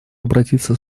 обратиться